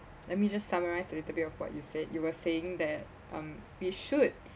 let me just summarize a little bit of what you said you were saying that um we should